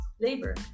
labor